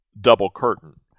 double-curtain